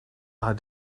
are